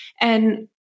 And-